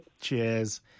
Cheers